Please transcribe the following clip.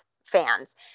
Fans